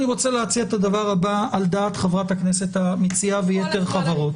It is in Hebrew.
אני רוצה להציע את הדבר הבא על דעת חברת הכנסת המציעה ויתר החברות.